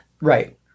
right